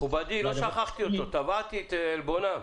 מכובדי, לא שכחתי אותם, תבעתי את עלבונם.